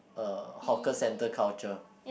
uh hawker centre culture